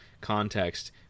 context